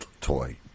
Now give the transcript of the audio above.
toy